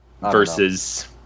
versus